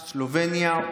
סלובניה,